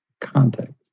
context